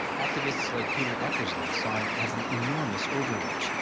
activists like peter eckersley saw it as an enormous over reach,